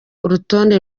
urutonde